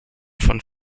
von